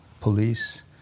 police